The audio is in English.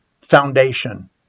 foundation